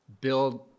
build